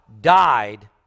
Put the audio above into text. died